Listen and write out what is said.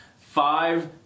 five